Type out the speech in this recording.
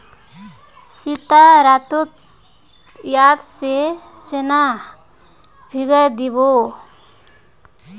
सीता रातोत याद से चना भिगइ दी बो